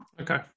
Okay